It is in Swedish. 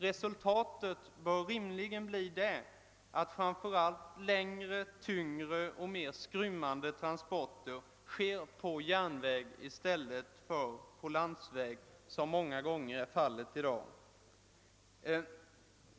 Resultatet bör naturligen bli att framför allt längre, tyngre och mera skrymmande transporter sker på järnväg i stället för på landsväg, vilket många gånger är fallet i dag.